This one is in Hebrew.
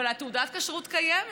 אבל תעודת הכשרות קיימת.